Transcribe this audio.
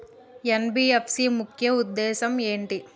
NBFC ముఖ్య ఉద్దేశం ఏంటి?